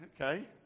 okay